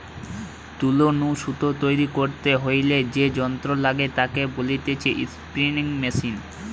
তুলো নু সুতো তৈরী করতে হইলে যে যন্ত্র লাগে তাকে বলতিছে স্পিনিং মেশিন